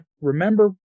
remember